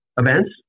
events